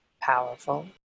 powerful